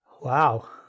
wow